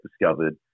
discovered